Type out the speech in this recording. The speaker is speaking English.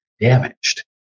damaged